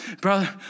Brother